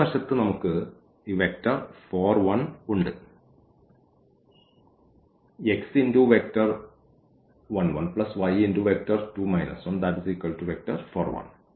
വലതുവശത്ത് നമുക്ക് ഈ വെക്റ്റർ 4 1 ഉണ്ട്